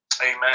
amen